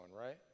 right